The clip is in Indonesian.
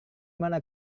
mana